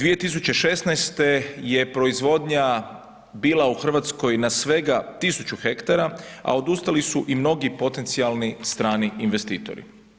2016. je proizvodnja bila u Hrvatskoj na svega 1000 hektara, a odustali su i mnogi potencijalni strani investitori.